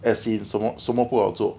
as in 什么什么不好做